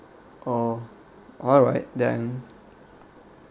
oh alright then